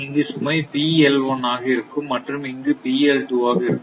இங்கு சுமை ஆக இருக்கும் மற்றும் இங்கு ஆக இருக்கும்